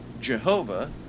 Jehovah